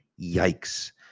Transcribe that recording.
Yikes